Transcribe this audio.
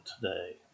today